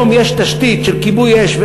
היום יש תשתית של כיבוי אש,